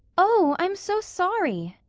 oh, i'm so sorry,